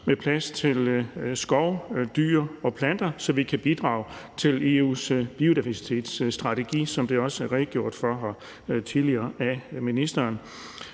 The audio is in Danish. med plads til skov, dyr og planter, så vi kan bidrage til EU's biodiversitetsstrategi, som der også tidligere er redegjort for af ministeren.